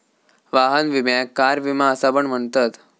वाहन विम्याक कार विमा असा पण म्हणतत